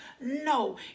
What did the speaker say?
No